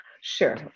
Sure